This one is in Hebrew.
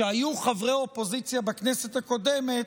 שהיו חברי אופוזיציה בכנסת הקודמת,